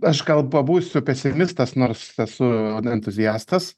aš gal pabūsiu pesimistas nors esu entuziastas